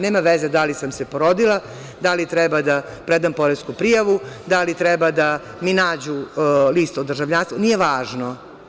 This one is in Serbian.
Nema veze da li sam se porodila, da li treba da predam poresku prijavu, da li treba da mi nađu list o državljanstvu, nije važno.